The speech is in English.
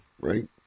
right